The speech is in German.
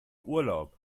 urlaub